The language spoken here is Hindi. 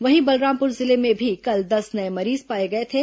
वहीं बलरामपुर जिले में भी कल दस नये मरीज पाए गए थे